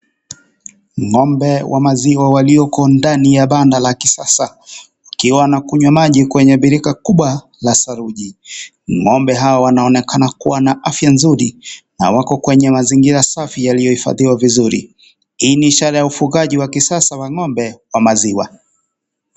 Ng'ombe wa maziwa walioko ndani ya banda la kisasa wakiwa wanakunywa maji kwenye birika kubwa la saruji. Ngombe hawa wanaonekana kuwa na afya nzuri, na wako kwenye mazingira safi yaliyohifadhiwa vizuri. Hii ni ishara ya ufugaji wa kisasa wa ng'ombe wa maziwa.